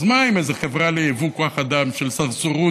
אז מה אם איזו חברה ליבוא כוח אדם של סרסרות